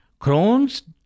Crohn's